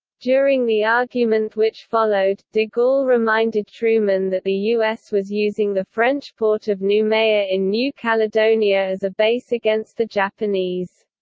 during the argument which followed, de gaulle reminded truman that the us was using the french port of noumea in new caledonia as a base against the japanese.